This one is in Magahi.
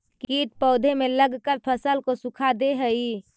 कीट पौधे में लगकर फसल को सुखा दे हई